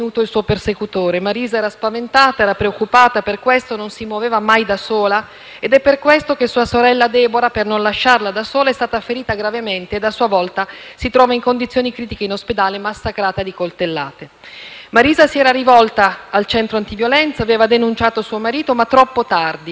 ed è per questo che sua sorella Deborah, per non lasciarla da sola, è stata ferita gravemente e a sua volta si trova in condizioni critiche in ospedale, massacrata di coltellate. Marisa si era rivolta al centro antiviolenza, aveva denunciato suo marito, ma troppo tardi e nonostante il fatto che i carabinieri fossero già intervenuti due volte per le azioni violente dell'uomo,